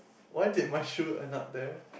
why did my shoe end up there